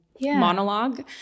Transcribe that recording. monologue